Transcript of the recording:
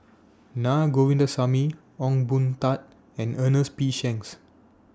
Na Govindasamy Ong Boon Tat and Ernest P Shanks